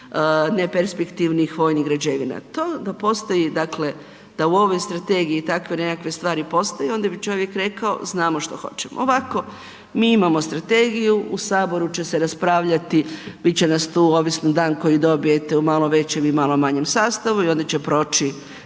neperspektivnih vojnih građevina. To da postoji, dakle da u ovoj strategiji takve nekakve stvari postoje, onda bi čovjek rekao, znamo što hoćemo. Ovako mi imamo strategiju, u Saboru će se raspravljati, bit će nas tu, ovisno dan koji dobijete u malo većem i malo manjem sastavi i onda će proći,